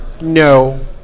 No